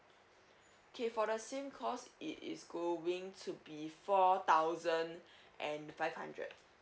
okay for the same course it is going to be four thousand and five hundred